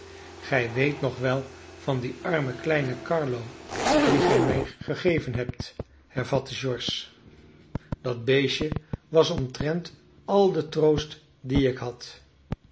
gij weet nog wel van dien armen kleinen carlo dien gij mij gegeven hebt hervatte george dat beestje was omtrent al de troost dien ik had